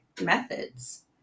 methods